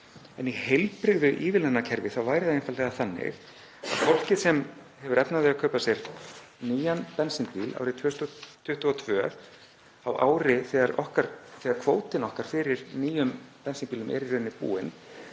en í heilbrigðu ívilnanakerfi þá væri það einfaldlega þannig að fólkið sem hefur efni á því að kaupa sér nýjan bensínbíl árið 2022, þegar kvótinn okkar fyrir nýjum bensínbílum er í rauninni búinn,